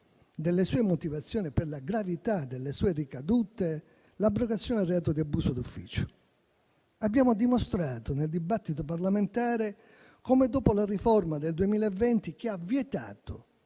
delle sue motivazioni che per la gravità delle sue ricadute, è l'abrogazione del reato di abuso d'ufficio. Abbiamo dimostrato, nel dibattito parlamentare, come, dopo la riforma del 2020, che ha vietato